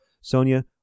Sonia